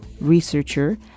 researcher